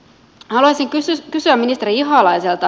haluaisin kysyä ministeri ihalaiselta